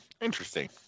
Interesting